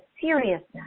seriousness